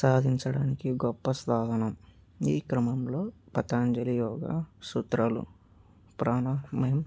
సాధించడానికి గొప్ప సాధనం ఈ క్రమంలో పతాంజలి యోగా సూత్రాలు ప్రాణాయామం